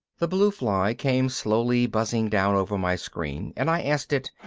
the blue fly came slowly buzzing down over my screen and i asked it,